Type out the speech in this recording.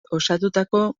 osatutako